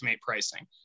pricing